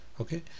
Okay